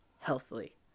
healthily